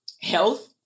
health